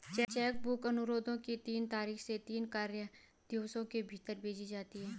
check book अनुरोध की तारीख से तीन कार्य दिवसों के भीतर भेज दी जाती है